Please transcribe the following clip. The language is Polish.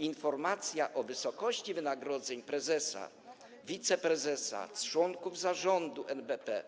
Informacja o wysokości wynagrodzeń prezesa, wiceprezesa, członków zarządu NBP